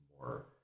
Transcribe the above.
more